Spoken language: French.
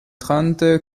trente